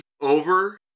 over